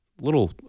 Little